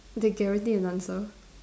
they guarantee an answer